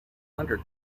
under